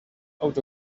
out